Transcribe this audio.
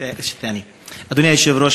אדוני היושב-ראש,